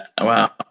Wow